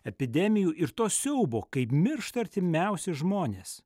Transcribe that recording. epidemijų ir to siaubo kaip miršta artimiausi žmonės